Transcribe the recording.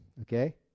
Okay